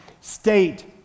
state